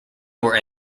were